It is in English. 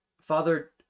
Father